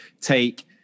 take